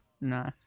No